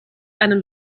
einen